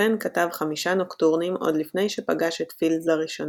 שופן כתב חמישה נוקטורנים עוד לפני שפגש את פילד לראשונה.